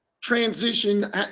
transition